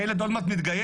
הילד עוד מעט מתגייס,